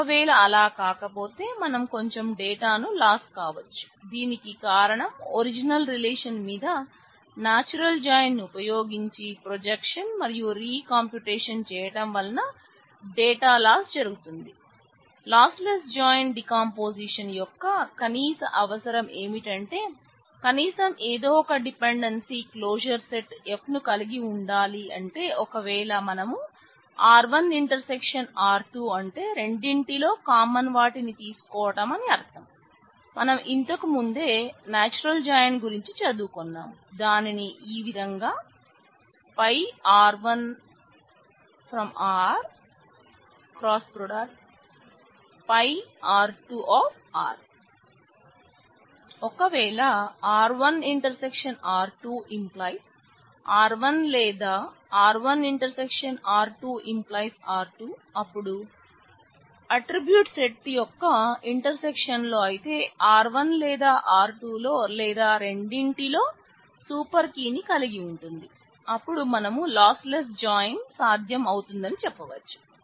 ఒకవేళ R1 ∩ R2 R1 లేదా R1 ∩ R2 R2అపుడు ఆట్రిబ్యూట్స్ సెట్ సాధ్యం అవుతుందని చెప్పవచ్చు